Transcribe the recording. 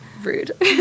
Rude